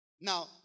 Now